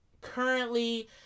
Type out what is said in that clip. currently